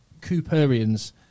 cooperians